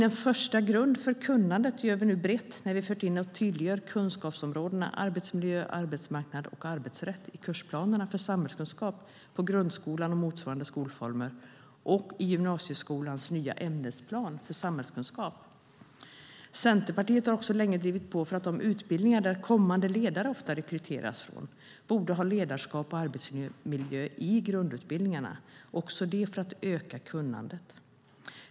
En första grund för kunnandet möjliggör vi nu när vi har fört in och tydliggjort kunskapsområdena arbetsmiljö, arbetsmarknad och arbetsrätt i kursplanerna för samhällskunskap för grundskolan och motsvarande skolformer och i gymnasieskolans nya ämnesplan för samhällskunskap. Centerpartiet har länge drivit på för att de utbildningar där kommande ledare ofta rekryteras borde ha ledarskap och arbetsmiljö i grundutbildningarna, också det för att öka kunnandet.